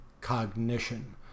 cognition